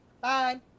Bye